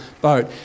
boat